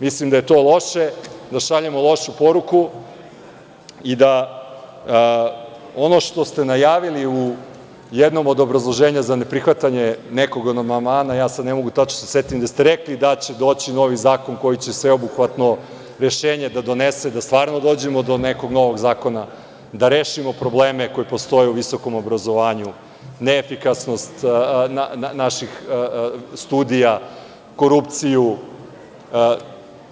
Mislim da je to loše, da šaljemo lošu poruku i da ono što ste najavili u jednom od obrazloženja za ne prihvatanje nekog od amandmana, ne mogu tačno da se setim, rekli ste da će doći novi zakon koji će sveobuhvatno rešenje da donese, da stvarno dođemo do nekog novog zakona, da rešimo probleme koji postoje u visokom obrazovanju, neefikasnost naših studija, korupciju,